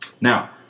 Now